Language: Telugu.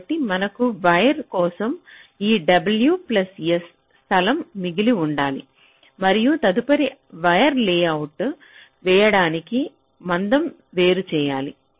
కాబట్టి మనకు వైర్ కోసం ఈ w ప్లస్ s స్థలం మిగిలి ఉండాలి మరియు తదుపరి వైర్ లేఅవుట్ వేయడానికి ముందు వేరుచేయాలి